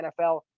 NFL